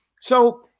So-